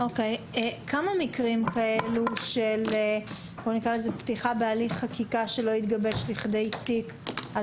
כמה מקרים כאלו של פתיחה בהליך חקיקה שלא התגבש לכדי תיק על